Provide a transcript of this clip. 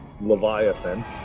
Leviathan